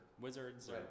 wizards